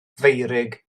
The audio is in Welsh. feurig